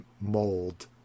mold